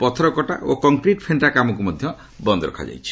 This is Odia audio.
ପଥର କଟା ଓ କଂକ୍ରିଟ୍ ଫେଣ୍ଟା କାମକ୍ର ମଧ୍ୟ ବନ୍ଦ ରଖାଯାଇଛି